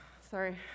sorry